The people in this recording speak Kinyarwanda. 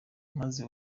maze